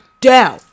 down